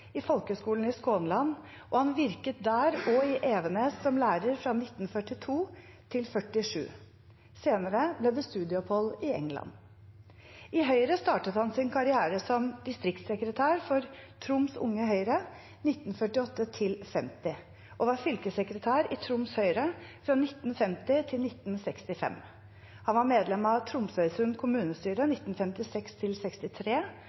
i folkeskolen i Skånland, og han virket der og i Evenes som lærer fra 1942 til 1947. Senere ble det studieopphold i England. I Høyre startet han sin karriere som distriktssekretær for Troms Unge Høyre, 1948 til 1950, og var fylkessekretær i Troms Høyre fra 1950 til 1965. Han var medlem av Tromsøysund kommunestyre fra 1956 til